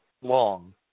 long